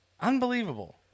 unbelievable